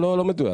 לא, לא מדויק.